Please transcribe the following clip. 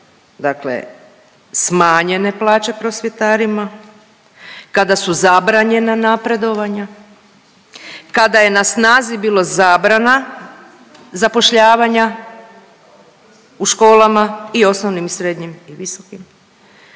dakle smanjene plaće prosvjetarima, kada su zabranjena napredovanja, kada je na snazi bilo zabrana zapošljavanja u školama i osnovnim i srednjim i visokim,